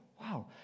wow